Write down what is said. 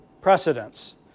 precedents